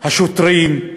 השוטרים,